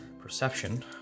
perception